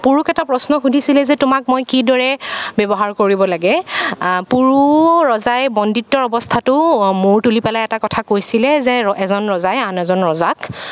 পুৰুক এটা প্ৰশ্ন সুধিছিলে যে মই তোমাক কি দৰে ব্য়ৱহাৰ কৰিব লাগে পুৰু ৰজাই বন্দীত্বৰ অৱস্থাতো মূৰ তুলি পেলাই এটা কথা কৈছিলে যে এজন ৰজাই আন এজন ৰজাক